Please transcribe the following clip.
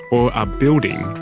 or are building,